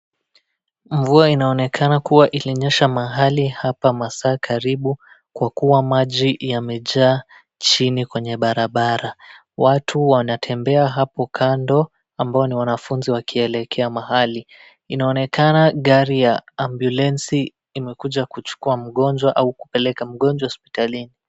Mvua inaonekana kuwa ilinyesha mahali hapa masaa karibu kwa kuwa maji yamejaa chini kwenye barabara, watu wanatembea hapo kando ambao ni wanafunzi wakiendea mahali. Inaonekana gari ya ambyulensi imekuja kuchukua mgonjwa au kupeleka mgonjwa hospitalini.